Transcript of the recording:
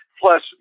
Plus